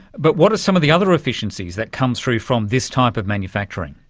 but what are some of the other efficiencies that come through from this type of manufacturing?